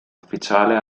ufficiale